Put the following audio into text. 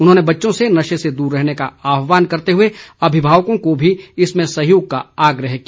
उन्होंने बच्चों से नशे से दूर रहने का आहवान करते हुए अभिभावकों को भी इसमें सहयोग का आग्रह किया